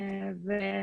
לארץ.